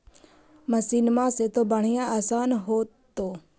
मसिनमा से तो बढ़िया आसन हो होतो?